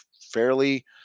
fairly